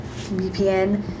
VPN